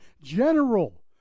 general